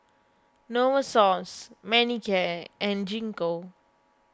Novosource Manicare and Gingko